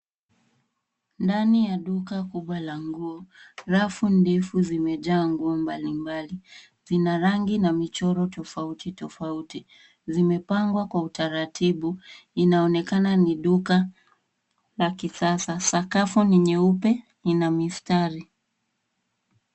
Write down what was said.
Ndani ya duka kubwa la nguo rafu ndefu zimejaa nguo mbalimbali. Zina rangi na michoro tofauti tofauti. Zimepangwa kwa utaratibu, inaonekana ni duka la kisasa. Sakafu ni nyeupe ina mistari.